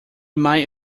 might